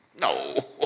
No